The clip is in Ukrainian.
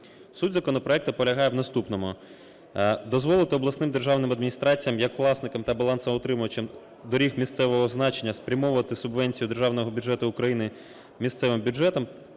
Суть законопроекту полягає в наступному, дозволити обласним державним адміністраціям як власникам та балансоутримувачам доріг місцевого значення спрямовувати субвенцію державного бюджету України місцевим бюджетам,